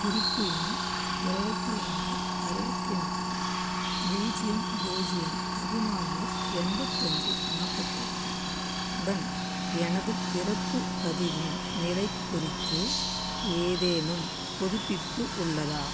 குறிப்பு எண் இருபத்தி ரெண்டு அறுபத்தி நாலு பூஜ்யம் பூஜ்யம் பதினாலு எண்பத்தஞ்சு நாற்பது எட்டு உடன் எனது பிறப்பு பதிவின் நிலை குறித்து ஏதேனும் புதுப்பிப்பு உள்ளதா